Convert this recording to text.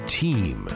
team